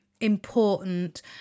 important